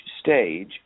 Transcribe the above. stage